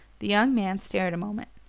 the young man stared a moment,